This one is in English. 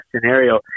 scenario